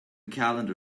calendar